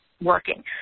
Working